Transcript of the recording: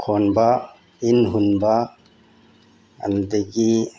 ꯈꯣꯟꯕ ꯏꯟ ꯍꯨꯟꯕ ꯑꯗꯨꯗꯒꯤ